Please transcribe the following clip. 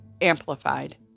amplified